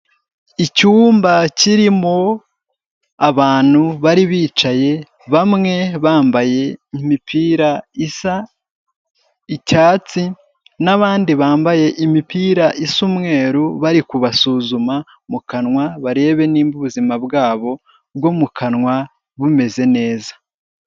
Icyumba kirimo abantu bari bicaye bamwe bambaye imipira isa icyatsi n'abandi bambaye imipira isa umweru bari kubasuzuma mu kanwa barebe nimba ubuzima bwabo bwo mu kanwa bumeze neza.